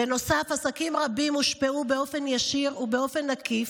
בנוסף, עסקים רבים הושפעו באופן ישיר ובאופן עקיף,